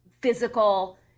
physical